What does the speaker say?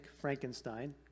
Frankenstein